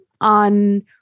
on